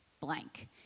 blank